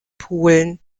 pulen